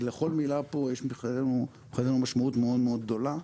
לכל מילה פה יש מבחינתנו משמעות מאוד מאוד גדולה.